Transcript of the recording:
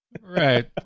Right